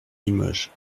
limoges